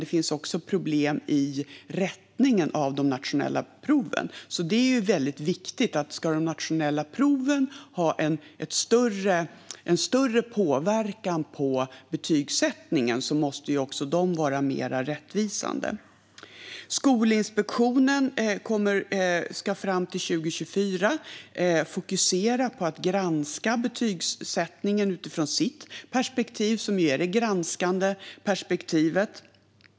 Det finns också problem med rättningen av de nationella proven. Om de nationella proven ska ha större påverkan på betygsättningen är det viktigt att de är mer rättvisande. Skolinspektionen ska fram till 2024 fokusera på att granska betygsättningen utifrån sitt granskande perspektiv.